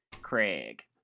Craig